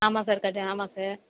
ஆமாம் சார் கட்ட ஆமாம் சார்